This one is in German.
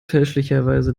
fälschlicherweise